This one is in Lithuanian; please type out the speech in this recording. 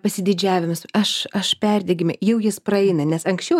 pasididžiavimas aš aš perdegime jau jis praeina nes anksčiau